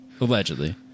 Allegedly